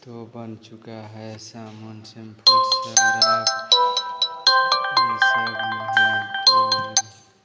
तो बन चुका है साबुन सेम्पुल